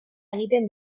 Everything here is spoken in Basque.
egiten